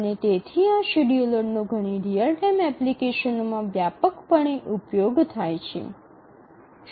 અને તેથી આ શેડ્યુલરનો ઘણી રીઅલ ટાઇમ એપ્લિકેશનોમાં વ્યાપકપણે ઉપયોગ થાય છે